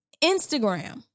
Instagram